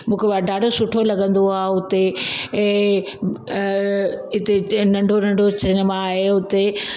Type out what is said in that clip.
मूंखे उअ ॾाढो सुठो लॻंदो आहे उते ऐं अ हिते नंढो नंढो सिनेमा आहे उते